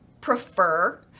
prefer